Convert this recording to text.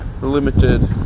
limited